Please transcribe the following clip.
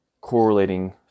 correlating